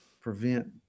prevent